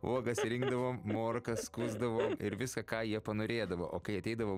uogas rinkdavom morkas skuosdavom ir visa ką jie panorėdavo o kai ateidavo